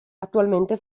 attualmente